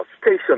station